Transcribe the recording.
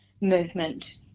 movement